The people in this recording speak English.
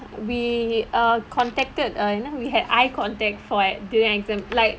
we have err contacted uh we have eye contact for at during exam like